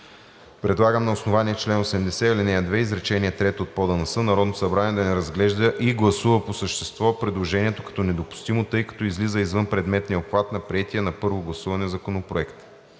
Предлага на основание чл. 80, ал. 2, изречение 3 от ПОДНС Народното събрание да не разглежда и гласува по същество предложението като недопустимо, тъй като излиза извън предметния обхват на приетия на първо гласуване законопроект.